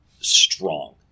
strong